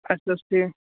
اَچھا حظ ٹھیٖک